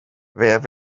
there